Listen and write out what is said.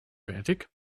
fertig